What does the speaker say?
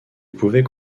pouvaient